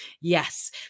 Yes